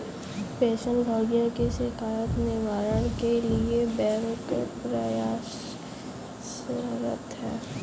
pension भोगियों की शिकायत निवारण के लिए बैंक प्रयासरत है